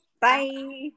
Bye